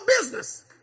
business